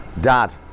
dad